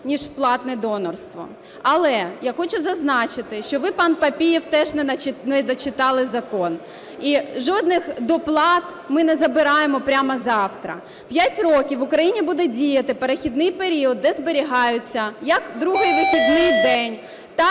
ніж платне донорство. Але я хочу зазначити, що ви, пане Папієв, теж не дочитали закон. І жодних доплат ми не забираємо прямо завтра. П'ять років в Україні буде діяти перехідний період, де зберігаються як другий вихідний день,